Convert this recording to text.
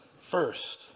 first